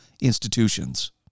institutions